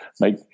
Make